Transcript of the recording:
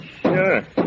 Sure